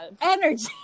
energy